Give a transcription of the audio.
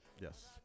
Yes